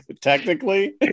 Technically